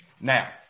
Now